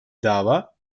dava